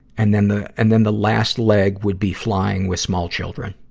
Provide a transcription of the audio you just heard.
and then the, and then the last leg would be flying with small children